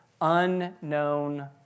unknown